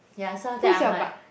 yeah so after that I'm like